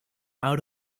out